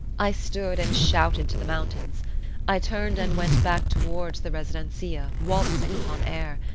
i stood and shouted to the mountains i turned and went back towards the residencia, waltzing upon air.